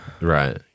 Right